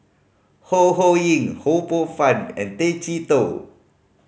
Ho Ho Ying Ho Poh Fun and Tay Chee Toh